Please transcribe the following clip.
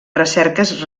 recerques